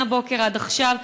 מהבוקר עד עכשיו.